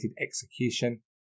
execution